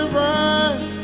right